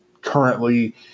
currently